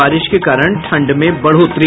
बारिश के कारण ठंड में बढ़ोतरी